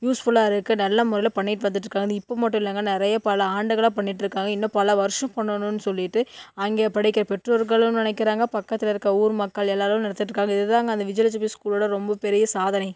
use ஃபுல்லாக இருக்கு நல்ல முறையில் பண்ணிகிட்டு வந்துட்டுருக்காங்க இப்போ மட்டும் இல்லைங்க நிறைய பல ஆண்டுகளாக பண்ணிட்டுருக்காங்க இன்னும் பல வருஷம் பண்ணனுன்னு சொல்லிவிட்டு அங்கே படிக்கிற பெற்றோர்களும் நினைக்கிறாங்க பக்கத்தில் இருக்க ஊர் மக்கள் எல்லாரும் நினச்சிட்ருக்காங்க இது தாங்க அந்த விஜய லட்சுமி ஸ்கூலோட ரொம்ப பெரிய சாதனை